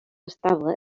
estable